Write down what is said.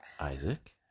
Isaac